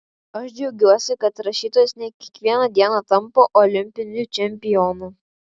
aš džiaugiuosi kad rašytojas ne kiekvieną dieną tampa olimpiniu čempionu